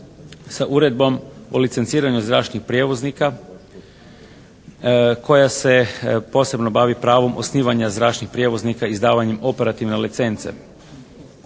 Sa uredbom o licenciranju zračnih prijevoznika koja se posebno bavi pravom osnivanja zračnih prijevoznika izdavanjem operativne licence.